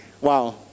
Wow